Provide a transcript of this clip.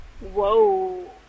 Whoa